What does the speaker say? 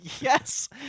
Yes